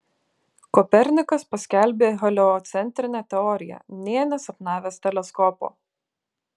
kopernikas paskelbė heliocentrinę teoriją nė nesapnavęs teleskopo